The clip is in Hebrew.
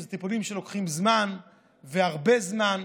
ואלה טיפולים שלוקחים זמן והרבה זמן,